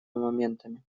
моментами